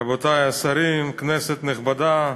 רבותי השרים, כנסת נכבדה,